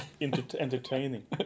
entertaining